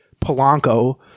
Polanco